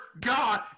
God